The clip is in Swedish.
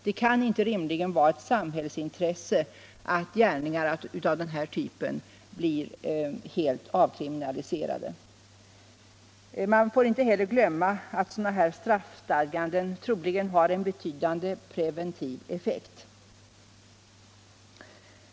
Det kan inte vara ett samhällsintresse att gärningar av den typen blir helt avkriminaliserade. Vi får inte heller glömma att sådana straffstadganden troligen har en betydande preventiv effekt.